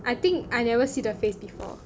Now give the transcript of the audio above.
I think I never see the face before